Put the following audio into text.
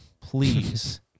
Please